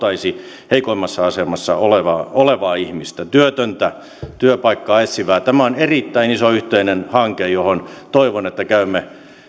se auttaisi heikoimmassa asemassa olevaa olevaa ihmistä työtöntä työpaikkaa etsivää tämä on erittäin iso yhteinen hanke johon toivon että käymme